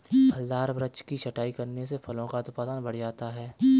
फलदार वृक्ष की छटाई करने से फलों का उत्पादन बढ़ जाता है